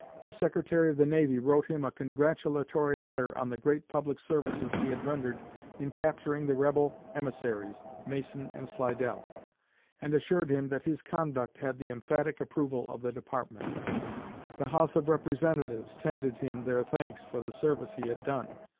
the secretary of the navy wrote him a congratulatory letter on the great public services he had rendered in capturing the rebel emissaries, mason and slidell and assured him that his conduct had the emphatic approval of the department the house of representatives tendered him their thanks for the service he had done.